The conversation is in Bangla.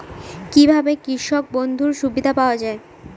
কি ভাবে কৃষক বন্ধুর সুবিধা পাওয়া য়ায়?